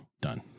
Done